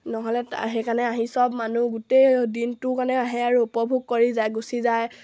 নহ'লে সেইকাৰণে আহি চব মানুহ গোটেই দিনটোৰ কাৰণে আহে আৰু উপভোগ কৰি যায় গুচি যায়